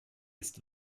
ist